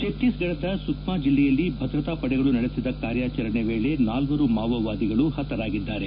ಛತ್ತೀಸ್ಗಢದ ಸುಕ್ಮಾ ಜಿಲ್ಲೆಯಲ್ಲಿ ಭದ್ರತಾ ಪಡೆಗಳು ನಡೆಸಿದ ಕಾರ್ಯಾಚರಣೆ ವೇಳೆ ನಾಲ್ವರು ಮಾವೋವಾದಿಗಳು ಹತರಾಗಿದ್ದಾರೆ